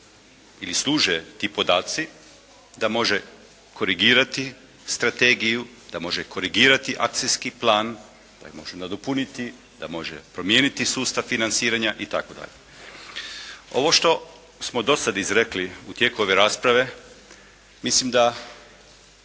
i služe ti podaci da može korigirati strategiju, da može korigirati akcijski plan, da može nadopuniti, da može promijeniti sustav financiranja i tako dalje. Ovo što smo do sad izrekli u tijeku ove rasprave mislim da